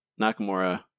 Nakamura